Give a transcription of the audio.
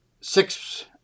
six